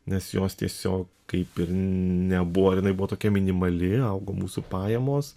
nes jos tiesiog kaip ir nebuvo ir jinai buvo tokia minimali augo mūsų pajamos